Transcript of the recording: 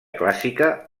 clàssica